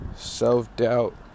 Self-doubt